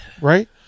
Right